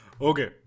Okay